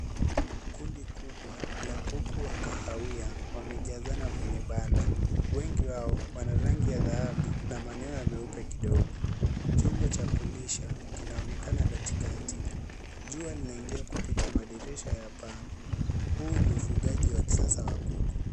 Kundi kubwa la kuku wa kahawia ,wamejazana kwenye banda, wengi wao wana rangi ya dhahabu na manyoya meupe kidogo .Chombo cha kulisha kinaonekana katikati jua linaingia kupita madirisha ya paa, huu ni ufugaji wa kisasa wa kuku.